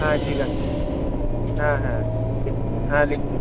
হ্যাঁ ঠিক আছে হ্যাঁ হ্যাঁ লিখুন হ্যাঁ লিখুন